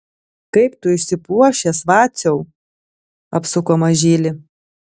kaip tu išsipuošęs vaciau apsuko mažylį